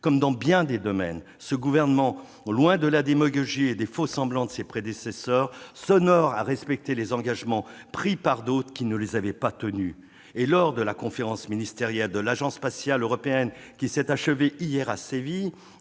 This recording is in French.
comme dans bien des domaines, le Gouvernement, loin de la démagogie et des faux-semblants de ses prédécesseurs, s'honore de respecter les engagements pris par d'autres, qui ne les avaient pas tenus. Lors de la conférence ministérielle de l'Agence spatiale européenne, qui s'est achevée hier à Séville,